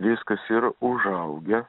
viskas yra užaugę